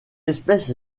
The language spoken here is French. espèce